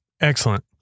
Excellent